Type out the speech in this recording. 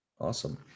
Awesome